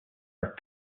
are